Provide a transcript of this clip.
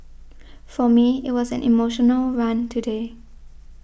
for me it was an emotional run today